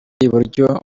iburyo